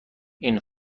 این